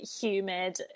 humid